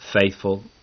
faithful